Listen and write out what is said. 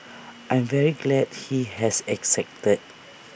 I'm very glad he has accepted